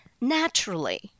naturally